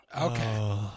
Okay